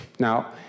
Now